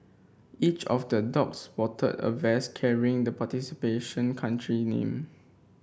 each of the dog sported a vest carrying the participating country name